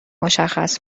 مشخص